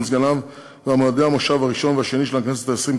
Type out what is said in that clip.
סגניו בדבר מועדי המושב הראשון והשני של הכנסת העשרים,